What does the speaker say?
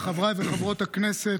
חברי וחברות הכנסת,